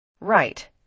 Right